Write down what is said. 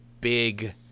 big